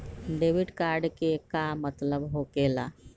Debit card के का मतलब होकेला?